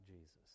Jesus